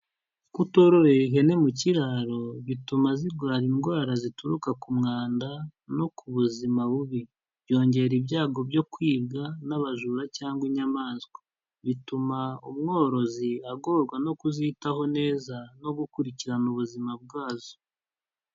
Kutororera ihene mu kiraro bituma zirwara indwara zituruka ku mwanda no ku buzima bubi, byongera ibyago byo kwibwa n'abajura cyangwa inyamaswa. Bituma umworozi agorwa no kuzitaho neza no gukurikirana ubuzima bwazo.